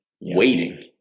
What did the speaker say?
waiting